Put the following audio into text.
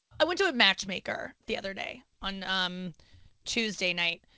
i went to a matchmaker the other day, on tuesday night.